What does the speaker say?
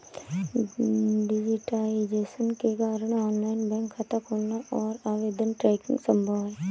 digitisation के कारण online bank खाता खोलना और आवेदन ट्रैकिंग संभव हैं